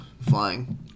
Flying